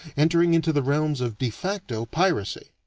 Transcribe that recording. entering into the realms of de facto piracy.